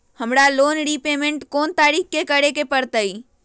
हमरा loan repayment कोन तारीख के करे के परतई?